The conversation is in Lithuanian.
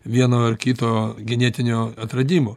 vieno ar kito genetinio atradimo